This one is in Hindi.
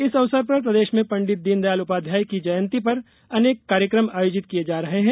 इस अवसर पर प्रदेश में पंडित दीनदयाल उपाध्याय की जयंती पर अनेक कार्यक्रम आयोजित किये जा रहे हैं